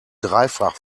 dreifach